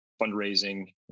fundraising